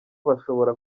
bashobora